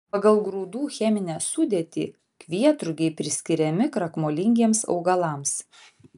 pagal grūdų cheminę sudėtį kvietrugiai priskiriami krakmolingiems augalams